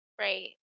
Right